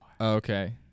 Okay